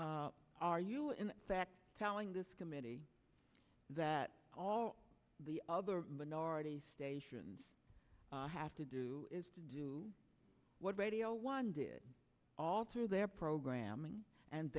are you in fact telling this committee that all the other minorities stations have to do is to do what radio one did alter their programming and